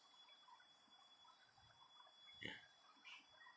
ya